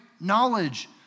knowledge